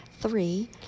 Three